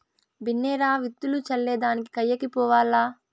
బిన్నే రా, విత్తులు చల్లే దానికి కయ్యకి పోవాల్ల